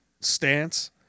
stance